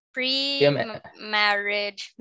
Pre-marriage